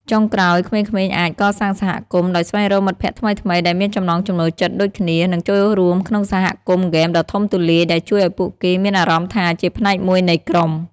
ចុងក្រោយ ក្មេងៗអាច កសាងសហគមន៍ ដោយស្វែងរកមិត្តភក្តិថ្មីៗដែលមានចំណង់ចំណូលចិត្តដូចគ្នា និងចូលរួមក្នុងសហគមន៍ហ្គេមដ៏ធំទូលាយ ដែលជួយឱ្យពួកគេមានអារម្មណ៍ថាជាផ្នែកមួយនៃក្រុម។